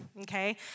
okay